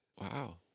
Wow